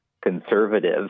conservative